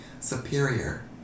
superior